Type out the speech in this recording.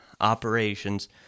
operations